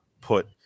put